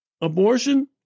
Abortion